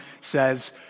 says